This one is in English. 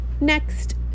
Next